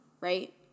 right